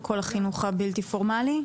לכל החינוך הבלתי פורמלי?